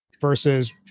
versus